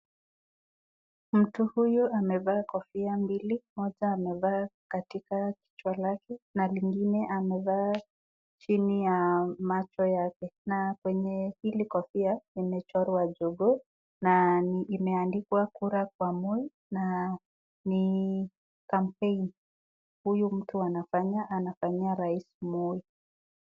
Mtu huyu amevaa kofia mbili moja amevaa katika kichwa lake na lingine amevaa chini ya macho yake na kwenye hili kofia imechorwa jogoo na imeandikwa kura kwa moi na ni kampeni huyu mtu anafanya anafanyia rais Moi.